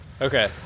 okay